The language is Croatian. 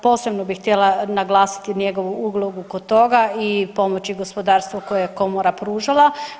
Posebno bi htjela naglasiti njegovu ulogu oko toga i pomoći gospodarstvu koje je komora pružala.